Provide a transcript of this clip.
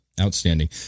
outstanding